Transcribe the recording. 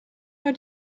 bei